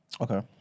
okay